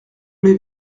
les